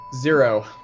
Zero